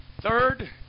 Third